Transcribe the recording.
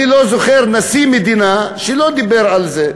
אני לא זוכר נשיא מדינה שלא דיבר על זה.